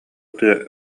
тыа